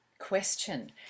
question